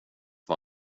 var